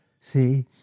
see